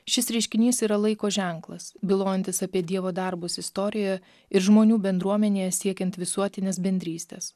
šis reiškinys yra laiko ženklas bylojantis apie dievo darbus istorijoje ir žmonių bendruomenėje siekiant visuotinės bendrystės